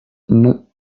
non